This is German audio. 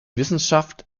wissenschaft